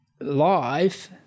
life